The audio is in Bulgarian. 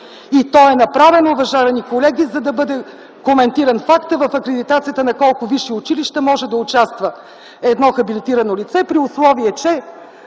и то е направено, уважаеми колеги, за да бъде коментиран фактът в акредитацията на колко висши училища може да участва едно хабилитирано лице, при условие че